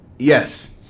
Yes